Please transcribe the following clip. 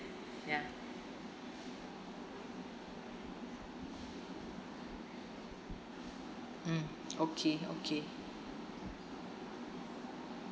ya mm okay okay